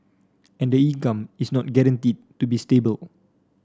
and the income is not guaranteed to be stable